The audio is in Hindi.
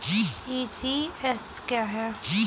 ई.सी.एस क्या है?